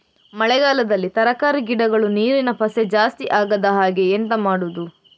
ಮಳೆಗಾಲದಲ್ಲಿ ತರಕಾರಿ ಗಿಡಗಳು ನೀರಿನ ಪಸೆ ಜಾಸ್ತಿ ಆಗದಹಾಗೆ ಎಂತ ಮಾಡುದು?